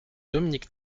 dominique